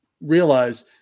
realize